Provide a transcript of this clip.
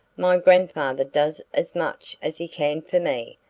my grandfather does as much as he can for me,